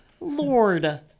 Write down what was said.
Lord